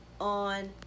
on